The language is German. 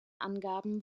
angaben